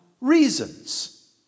reasons